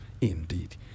indeed